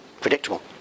predictable